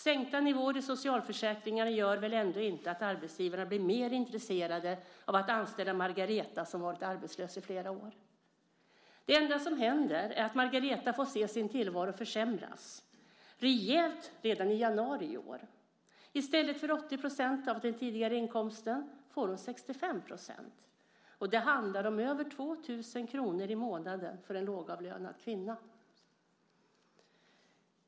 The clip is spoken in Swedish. Sänkta nivåer i socialförsäkringarna gör väl ändå inte att arbetsgivarna blir mer intresserade av att anställa Margareta som varit arbetslös i flera år. Det enda som händer är att Margareta får se sin tillvaro försämras rejält redan i januari nästa år. I stället för 80 % av den tidigare inkomsten får hon 65 %. Det handlar om över 2 000 kr i månaden för en lågavlönad kvinna.